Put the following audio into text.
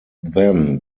then